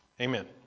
amen